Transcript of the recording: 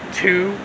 two